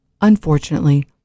Unfortunately